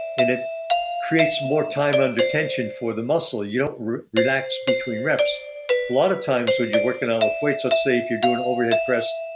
it it creates more time under tension for the muscle you don't relax between reps. a lot of times when you're working on with weights. let's say if you're doing overhead press,